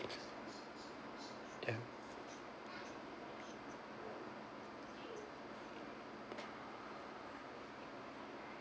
ya